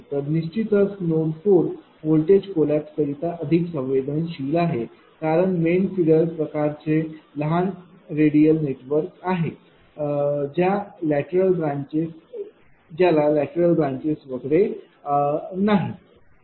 तर निश्चितच node 4 voltage collapse करिता अधिक संवेदनशील आहे कारण ते मेन फीडर प्रकार चे एक लहान रेडियल नेटवर्क आहे ज्याला लॅटरल ब्रांचेस वगैरे नाहीत